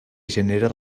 genera